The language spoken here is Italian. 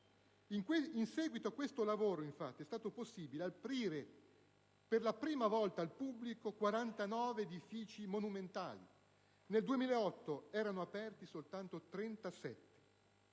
In seguito a questo lavoro, infatti, è stato possibile aprire per la prima volta al pubblico 49 edifici monumentali (nel 2008 ne erano aperti soltanto 37)